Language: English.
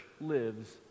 lives